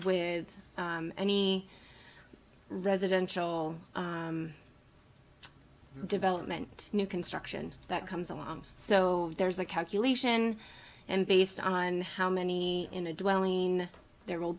with any residential development new construction that comes along so there's a calculation and based on how many in a dwelling there will